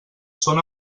són